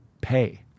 pay